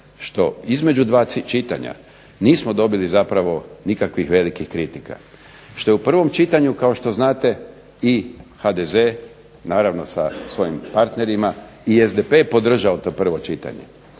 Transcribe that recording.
što između dva čitanja nismo dobili zapravo nikakvih velikih kritika. Što je u prvom čitanju, kao što znate, i HDZ naravno sa svojim partnerima i SDP podržao to prvo čitanje.